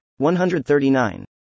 139